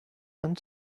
and